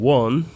one